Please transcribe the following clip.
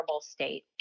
state